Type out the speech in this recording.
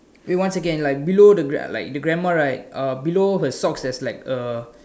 wait one second like below the like the grandma right uh below her socks there's like a